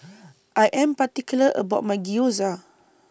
I Am particular about My Gyoza